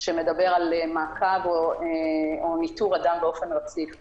שמדבר על מעקב או ניטור אדם באופן רציף,